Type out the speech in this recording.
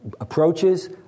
approaches